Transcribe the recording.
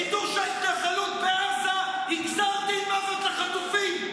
חידוש ההתנחלות בעזה היא גזר דין מוות לחטופים.